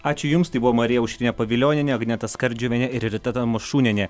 ačiū jums tai buvo marija aušrinė pavilionienė agneta skardžiuvienė ir rita tamašūnienė